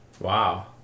Wow